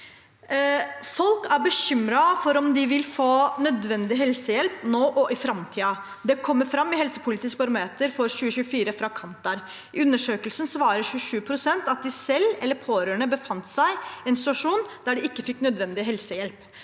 «Folk er bekymra for om de vil få nødvendig helsehjelp, nå og i framtida. Det kommer fram i Helsepolitisk barometer for 2024 fra Kantar. I undersøkelsen svarer 27 pst. at de selv eller pårørende befant seg i en situasjon der de ikke fikk nødvendig helsehjelp